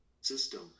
system